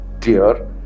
clear